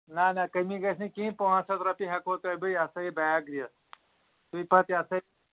نہ نہ کٔمی گژھِ نہٕ کِہیٖنۍ پانٛژھ ہَتہ رۄپیہِ ہٮ۪کو تۄہہِ بہٕ یہِ ہَسا یہِ بیگ دِتھ تُہۍ پَتہٕ یہِ ہَسا